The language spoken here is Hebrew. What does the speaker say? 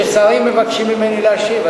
כששרים מבקשים ממני להשיב,